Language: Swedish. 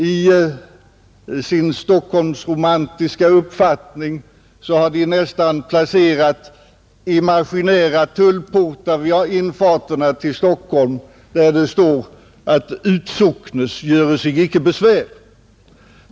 I sin stockholmsromantiska uppfattning har de nästan placerat imaginära tullportar vid infarterna till Stockholm där det står ”utsocknes göre sig icke besvär”.